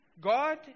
God